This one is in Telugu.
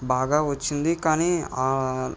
బాగా వచ్చింది కానీ